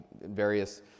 various